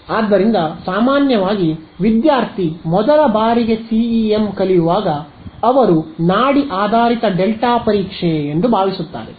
ಆದ್ದರಿಂದ ಸಾಮಾನ್ಯವಾಗಿ ವಿದ್ಯಾರ್ಥಿ ಮೊದಲ ಬಾರಿಗೆ ಸಿಇಎಂ ಕಲಿಯುವಾಗ ಅವರು ನಾಡಿ ಆಧಾರಿತ ಡೆಲ್ಟಾ ಪರೀಕ್ಷೆ ಎಂದು ಭಾವಿಸುತ್ತಾರೆ